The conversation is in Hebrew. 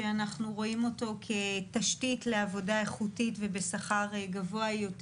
שאנחנו רואים אותו כתשתית לעבודה איכותית ובשכר גבוה יותר,